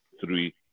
three